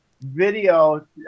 video